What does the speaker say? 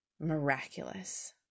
Miraculous